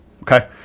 Okay